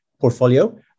portfolio